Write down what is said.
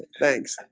thanks,